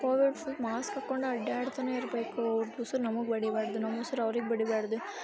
Covid full mask ಹಾಕ್ಕೊಂಡೇ ಅಡ್ಡಾಡ್ತನೇ ಇರಬೇಕು ಅವ್ರ್ದು ಉಸಿರ್ ನಮಗೆ ಬಡಿಬಾರ್ದು ನಮ್ಮ ಉಸಿರು ಅವ್ರಿಗೆ ಬಡಿಬಾರ್ದು